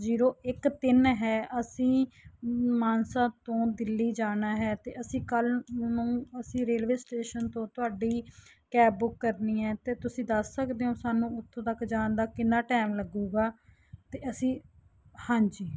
zero ਇੱਕ ਤਿੰਨ ਹੈ ਅਸੀਂ ਮਾਨਸਾ ਤੋਂ ਦਿੱਲੀ ਜਾਣਾ ਹੈ ਅਤੇ ਅਸੀਂ ਕੱਲ੍ਹ ਨੂੰ ਅਸੀਂ ਰੇਲਵੇ ਸਟੇਸ਼ਨ ਤੋਂ ਤੁਹਾਡੀ ਕੈਬ ਬੁੱਕ ਕਰਨੀ ਹੈ ਅਤੇ ਤੁਸੀਂ ਦੱਸ ਸਕਦੇ ਹੋ ਸਾਨੂੰ ਉੱਥੋਂ ਤੱਕ ਜਾਣ ਦਾ ਕਿੰਨਾ ਟਾਈਮ ਲੱਗੂਗਾ ਅਤੇ ਅਸੀਂ ਹਾਂਜੀ